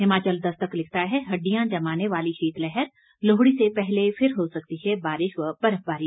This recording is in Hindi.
हिमाचल दस्तक लिखता है हड्डियां जमाने वाली शीतलहर लोहड़ी से पहले फिर हो सकती है बारिश व बर्फबारी